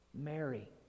Mary